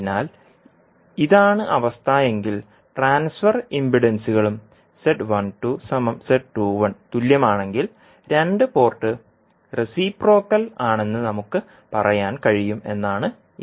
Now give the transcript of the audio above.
അതിനാൽ ഇതാണ് അവസ്ഥ എങ്കിൽ ട്രാൻസ്ഫർ ഇംപെൻഡൻസുകളും തുല്യമാണെങ്കിൽ രണ്ട് പോർട്ട് റെസിപ്രോക്കൽ ആണെന്ന് നമുക്ക് പറയാൻ കഴിയും എന്നാണ് ഇതിനർത്ഥം